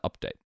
update